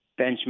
benchmark